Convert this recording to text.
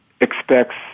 expects